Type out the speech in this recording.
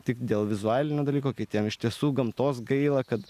tik dėl vizualinio dalyko kitiems iš tiesų gamtos gaila kad